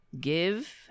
give